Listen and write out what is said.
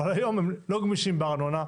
אבל היום הם לא גמישים בארנונה.